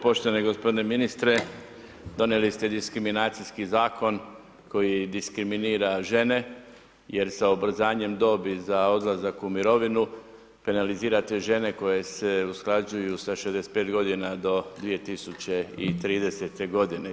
Poštovani gospodine ministre donijeli ste diskriminacijski zakon koji diskriminira žene jer sa ubrzanjem dobi za odlazak u mirovinu penalizirate žene koje se usklađuju sa 65 godina do 2030. godine.